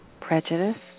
prejudice